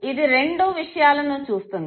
ఇది రెండు విషయాలను చూస్తుంది